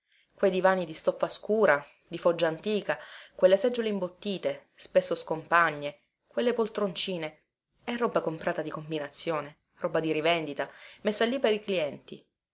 quei divani di stoffa scura di foggia antica quelle seggiole imbottite spesso scompagne quelle poltroncine è roba comprata di combinazione roba di rivendita messa lì per i clienti